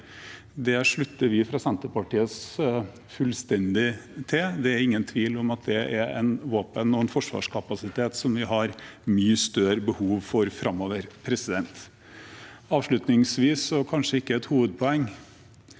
Det slutter vi fra Senterpartiet oss fullstendig til. Det er ingen tvil om at det er en våpen- og forsvarskapasitet vi framover har mye større behov for. Avslutningsvis – men kanskje ikke et hovedpoeng